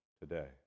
today